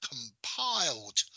compiled